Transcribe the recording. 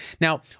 Now